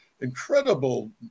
incredible